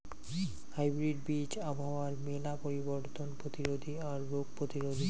hybrid বীজ আবহাওয়ার মেলা পরিবর্তন প্রতিরোধী আর রোগ প্রতিরোধী